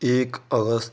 एक अगस्त